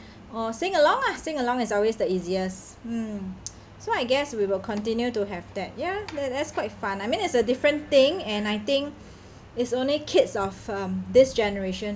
or singalong lah singalong is always the easiest mm so I guess we will continue to have that ya that that's quite fun I mean it's a different thing and I think it's only kids of um this generation